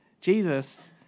Jesus